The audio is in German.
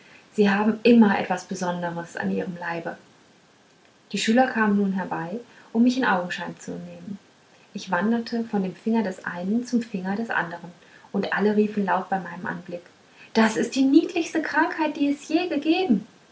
sie haben immer etwas besonderes an ihrem leibe die schüler kamen nun herbei um mich in augenschein zu nehmen ich wanderte von dem finger des einen zum finger des andern und alle riefen laut bei meinem anblick das ist die niedlichste krankheit die es je gegeben